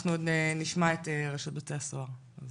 אנחנו עוד נשמע את רשות בתי הסוהר.